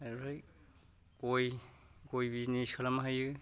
आरो गय गय बिजनेस खालामनो हायो